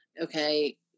okay